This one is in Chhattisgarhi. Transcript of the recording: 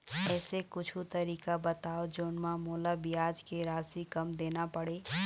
ऐसे कुछू तरीका बताव जोन म मोला ब्याज के राशि कम देना पड़े?